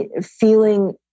feeling